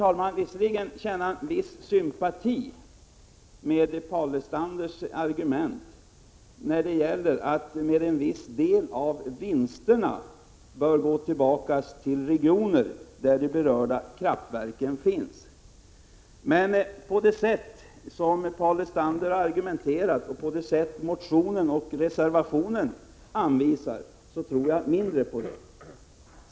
Jag kan visserligen känna en viss sympati för Paul Lestanders argument att en viss del av vinsterna bör gå till de regioner där de berörda kraftverken finns. Men jag tror inte att det kan ske på det sätt som Paul Lestander säger och inte heller på det sätt som anvisas i motionen och reservationen.